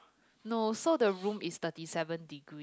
no so the room is thirty seven degree